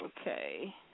Okay